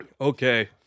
Okay